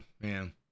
man